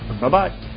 Bye-bye